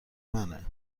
منه